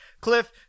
Cliff